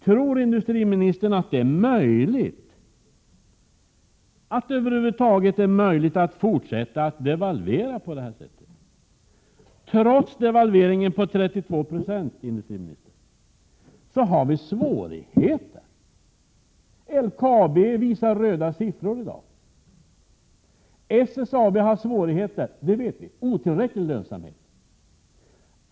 Tror industriministern att det över huvud taget är möjligt att fortsätta att devalvera på detta sätt? Trots devalveringen på 32 26, herr industriminister, har vi svårigheter. LKAB visar röda siffror i dag. Vi vet att SSAB har svårigheter med otillräcklig lönsamhet.